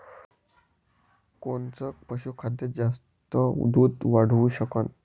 कोनचं पशुखाद्य जास्त दुध वाढवू शकन?